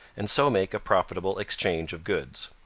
and so make a profitable exchange of goods.